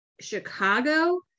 Chicago